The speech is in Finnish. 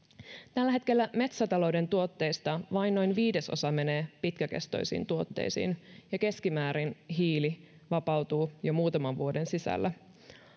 tällä hetkellä metsätalouden tuotteista vain noin viidesosa menee pitkäkestoisiin tuotteisiin ja keskimäärin hiili vapautuu jo muutaman vuoden sisällä